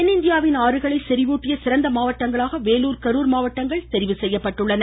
தென் இந்தியாவின் ஆறுகளை செரிவூட்டிய சிறந்த மாவட்டங்களாக வேலூர் கரூர் மாவட்டங்கள் தேர்வு செய்யப்பட்டுள்ளன